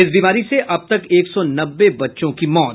इस बीमारी से अब तक एक सौ नब्बे बच्चों की मौत